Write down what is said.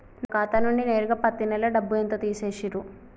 నా ఖాతా నుండి నేరుగా పత్తి నెల డబ్బు ఎంత తీసేశిర్రు?